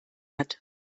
hat